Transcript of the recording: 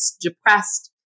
depressed